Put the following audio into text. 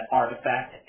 artifact